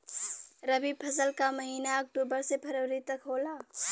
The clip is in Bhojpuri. रवी फसल क महिना अक्टूबर से फरवरी तक होला